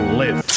live